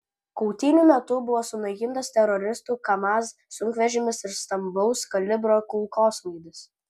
kautynių metu buvo sunaikintas teroristų kamaz sunkvežimis ir stambaus kalibro kulkosvaidis